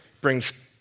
brings